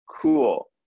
cool